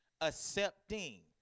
accepting